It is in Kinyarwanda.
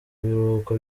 biruhuko